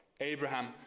Abraham